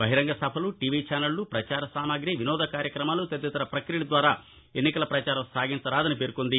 బహిరంగ సభలు టీవీ ఛానక్ను పచారసామగ్రి వినోద కార్యక్రమాలు తదితర ప్రక్రియల ద్వారా ఎన్నికల ప్రచారం సాగించరాదని పేర్కొంది